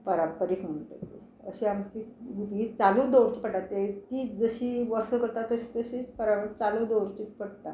पारंपारीक म्हणटा अशी आमची ही चालू दवरची पडटा ती जशी वर्सा करता तशी तशी परं चालू दवरची पडटा